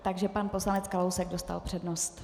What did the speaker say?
Takže pan poslanec Kalousek dostal přednost.